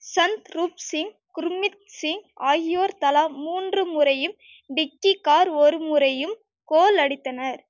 சந்த் ரூப் சிங் குர்மித் சிங் ஆகியோர் தலா மூன்று முறையும் டிக்கி கார் ஒரு முறையும் கோல் அடித்தனர்